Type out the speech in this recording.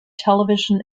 television